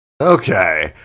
Okay